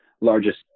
largest